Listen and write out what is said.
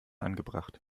angebracht